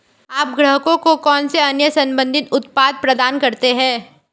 आप ग्राहकों को कौन से अन्य संबंधित उत्पाद प्रदान करते हैं?